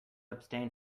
abstain